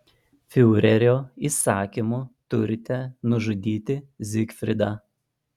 fiurerio įsakymu turite nužudyti zygfridą